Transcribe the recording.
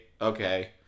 okay